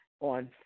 on